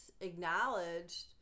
acknowledged